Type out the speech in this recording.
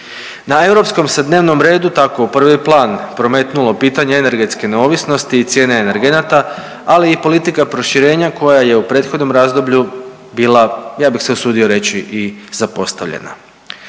Na europskom se dnevnom redu tako u prvi plan prometnulo pitanje energetske neovisnosti i cijene energenta, ali i politika proširenja koja je u prethodnom razdoblju bila ja bih se usudio reći i zapostavljena.